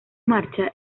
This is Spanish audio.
marcha